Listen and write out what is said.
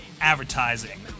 advertising